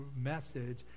message